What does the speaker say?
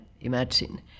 imagine